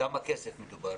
בכמה כסף מדובר?